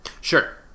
Sure